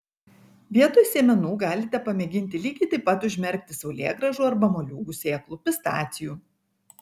vietoj sėmenų galite pamėginti lygiai taip pat užmerkti saulėgrąžų arba moliūgų sėklų pistacijų